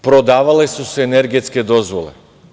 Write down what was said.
Prodavale su se energetske dozvole.